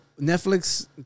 Netflix